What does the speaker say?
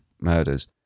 murders